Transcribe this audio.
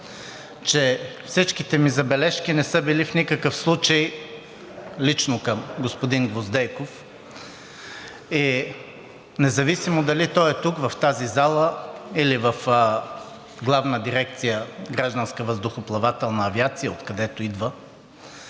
че всичките ми забележки не са били в никакъв случай лично към господин Гвоздейков и независимо дали той е тук в тази зала, или в Главна дирекция „Гражданска въздухоплавателна авиация“, откъдето идва,